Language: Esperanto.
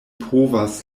povas